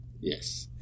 Yes